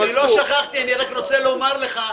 אני לא שכחתי, אני רק רוצה לומר לך,